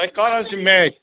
تۄہہِ کَر حظ چھُ میچ